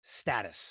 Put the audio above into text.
Status